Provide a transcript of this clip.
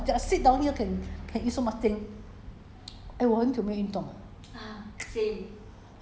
orh cannot eat so cannot eat so much how to eat so much just sit down here can can eat so much thing